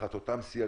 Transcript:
תחת אותם סייגים,